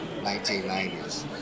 1990s